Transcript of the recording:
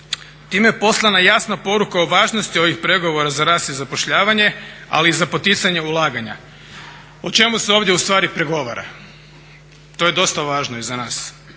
Time je poslana jasna poruka o važnosti ovih pregovora za rast i zapošljavanje, ali i za poticanje ulaganja. O čemu se ovdje ustvari pregovora? To je dosta važno i za nas.